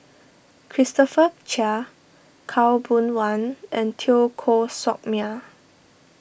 Christopher Chia Khaw Boon Wan and Teo Koh Sock Miang